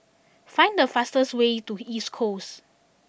find the fastest way to East Coast